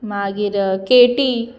मागीर केटी